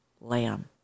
lamb